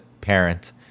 parent